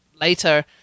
later